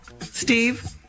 Steve